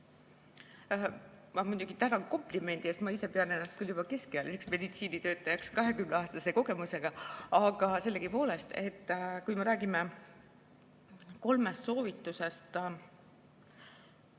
Ma muidugi tänan komplimendi eest. Ma ise pean ennast küll juba keskealiseks meditsiinitöötajaks kahekümneaastase kogemusega. Aga sellegipoolest, kui me räägime kolmest soovitusest,